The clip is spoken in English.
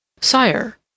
Sire